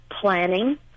planning